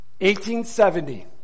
1870